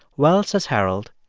well, says harold,